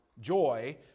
Joy